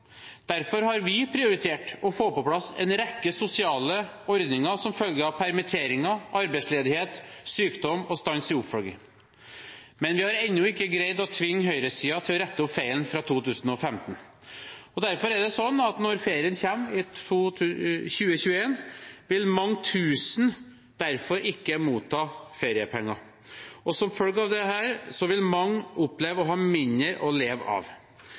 Derfor har vi prioritert å få på plass en rekke sosiale ordninger som følge av permitteringer, arbeidsledighet, sykdom og stans i oppfølging. Men vi har ennå ikke greid å tvinge høyresiden til å rette opp feilen fra 2015. Derfor er det slik at når ferien kommer i 2021, vil mange tusen ikke motta feriepenger. Og som følge av dette vil mange oppleve å ha mindre å leve av.